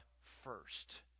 first